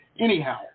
Anyhow